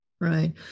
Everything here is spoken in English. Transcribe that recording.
Right